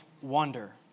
wonder